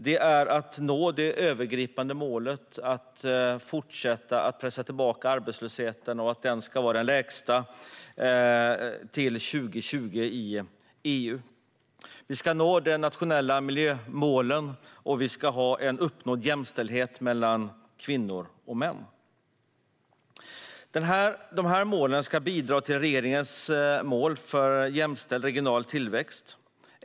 Det handlar om att nå det övergripande målet om att fortsätta pressa tillbaka arbetslösheten, så att den är den lägsta i EU till 2020. Vi ska nå de nationella miljömålen, och vi ska uppnå jämställdhet mellan kvinnor och män. Dessa mål ska bidra till regeringens mål för jämställd regional tillväxt.